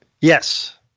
Yes